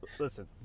Listen